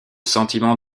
sentiment